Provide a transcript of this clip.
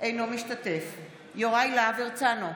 אינו משתתף בהצבעה יוראי להב הרצנו,